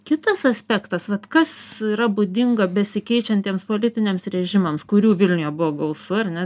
kitas aspektas vat kas yra būdinga besikeičiantiems politiniams režimams kurių vilniuje buvo gausu ar ne